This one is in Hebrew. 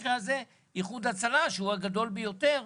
במקרה הזה איחוד הצלה שהוא הגדול ביותר,